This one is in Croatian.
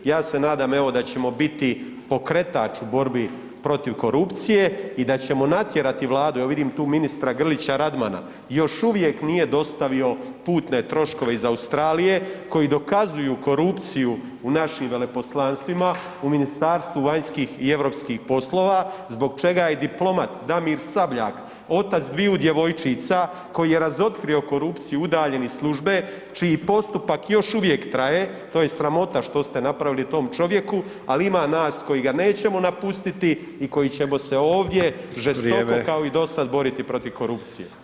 Ja se nadam evo da ćemo biti pokretač u borbi protiv korupcije i da ćemo natjerati vladu, evo vidim tu ministra Grlića-Radmana, još uvijek nije dostavio putne troškove iz Australije koji dokazuju korupciju u našim veleposlanstvima, u Ministarstvu vanjskih i europskih poslova zbog čega je diplomat Damir Sabljak, otac dviju djevojčica, koji je razotkrio korupciju, udaljen iz službe, čiji postupak još uvijek traje, to je sramota što ste napravili tom čovjeku, ali ima nas koji ga nećemo napustiti i koji ćemo se ovdje [[Upadica: Vrijeme]] žestoko kao i do sad boriti protiv korupcije.